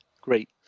Great